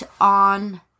on